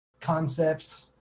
concepts